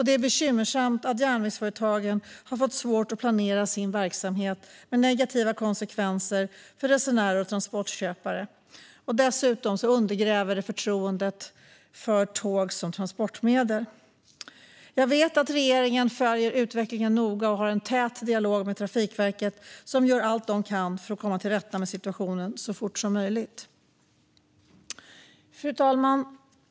Det är bekymmersamt att järnvägsföretagen har fått svårt att planera sin verksamhet, med negativa konsekvenser för resenärer och transportköpare. Dessutom undergräver detta förtroendet för tåg som transportmedel. Jag vet att regeringen följer utvecklingen noga och har tät dialog med Trafikverket, som gör allt de kan för att komma till rätta med situationen så fort som möjligt. Fru talman!